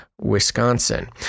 Wisconsin